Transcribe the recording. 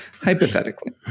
hypothetically